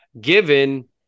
given